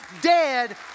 dead